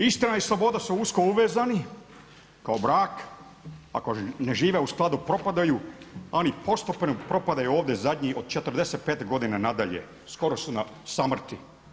Istina i sloboda su usko povezani kao brak, ako ne žive u skladu propadaju, oni postupno propadaju ovdje zadnji od 45 godina nadalje, skoro su na samrti.